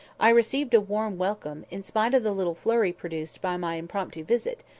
i received a warm welcome, in spite of the little flurry produced by my impromptu visit,